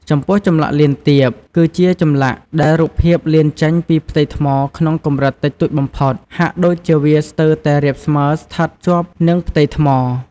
ចំពោះ ចម្លាក់លៀនទាប គឺជាចម្លាក់ដែលរូបភាពលៀនចេញពីផ្ទៃថ្មក្នុងកម្រិតតិចតួចបំផុត ហាក់ដូចជាវាស្ទើរតែរាបស្មើសិ្ថតជាប់នឹងផ្ទៃថ្ម។